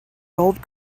gold